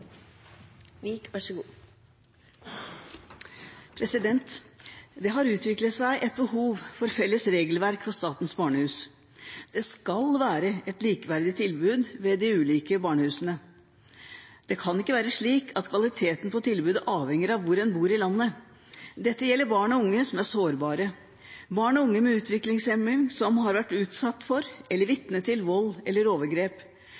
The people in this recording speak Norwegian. Det har utviklet seg et behov for felles regelverk for Statens barnehus. Det skal være et likeverdig tilbud ved de ulike barnehusene. Det kan ikke være slik at kvaliteten på tilbudet avhenger av hvor en bor i landet. Dette gjelder barn og unge som er sårbare, barn og unge med utviklingshemning som har vært utsatt for eller vitne til vold eller overgrep.